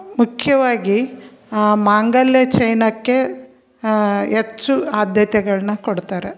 ಮುಖ್ಯವಾಗಿ ಮಾಂಗಲ್ಯ ಚೈನಕ್ಕೆ ಹೆಚ್ಚು ಆದ್ಯತೆಗಳನ್ನ ಕೊಡ್ತಾರೆ